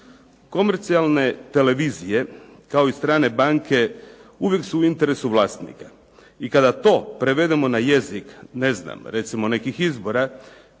Komercijalne televizije kao i strane banke uvijek su u interesu vlasnika. I kada to prevedemo na jezik, recimo nekih izbora